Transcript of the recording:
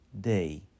day